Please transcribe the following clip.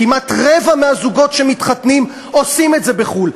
כמעט רבע מהזוגות שמתחתנים עושים את זה בחו"ל,